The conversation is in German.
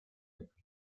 geboren